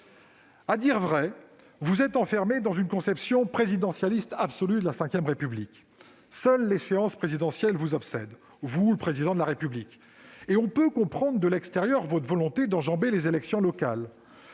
À dire vrai, vous êtes enfermé dans une conception présidentialiste absolue de la V République : seule l'échéance présidentielle vous obsède, vous ou le Président de la République. On peut comprendre, de l'extérieur, votre volonté d'enjamber les élections locales.